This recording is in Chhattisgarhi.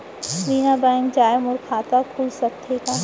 बिना बैंक जाए मोर खाता खुल सकथे का?